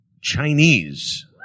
Chinese